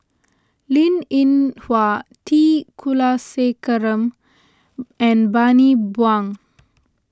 Linn in Hua T Kulasekaram and Bani Buang